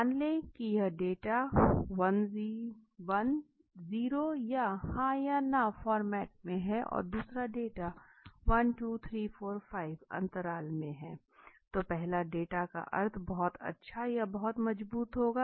मान लें कि एक डाटा 10 या हाँ ना फॉर्मेट में है और दूसरा डेटा 12345 अंतराल में है तो पहले डाटा का अर्थ बहुत उच्च या बहुत मजबूत होगा